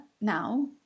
now